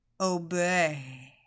Obey